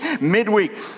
midweek